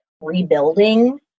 rebuilding